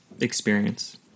experience